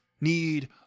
need